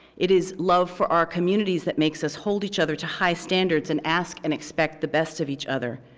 it is love for our communities that makes us hold each other to high standards and ask and expect the best of each other.